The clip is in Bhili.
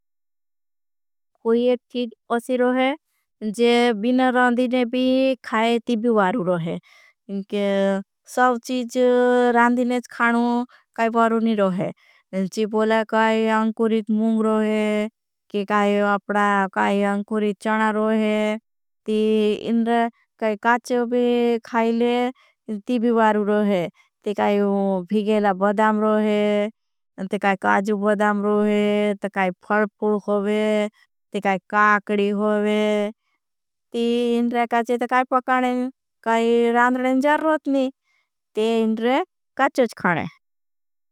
कोई एक तीड ओशी रोहे जे बिना रांधिने भी खाये तीबी वारू। रोहे सब चीज रांधिने च खाणू काई वारू नी। रोहे जी बोला काई अंकुरित मुंग रोहे काई अंकुरित चणा रोहे ती इंडर काई काचे ओबे खाईले तीबी वारू रोहे ती काई। भीगेला बदाम रोहे ती काई काजु बदाम रोहे ती काई फलपूल। होगे ती काई काकड़ी होगे ती इंडर काचे ता काई पकाणें। काई रांध्रनें जारोत नी ती इंडर काचे ता काणें।